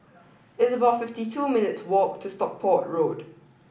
it's about fifty two minutes walk to Stockport Road